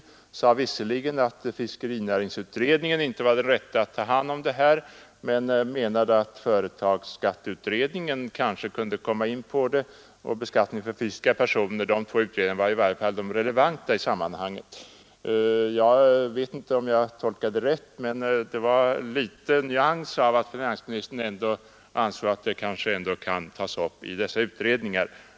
Han sade visserligen att fiskerinäringsutredningen inte var den rätta att ta hand om frågan, men han tyckte att det här kanske kunde komma in under företagsskatteberedningen eller utredningen om beskattning av fysiska personer, som han ansåg vara de relevanta i sammanhanget. Jag vet inte om jag tolkade finansministern rätt, men det fanns en liten antydan om att han ändå ansåg att ärendet kan tas upp i dessa utredningar.